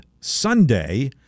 Sunday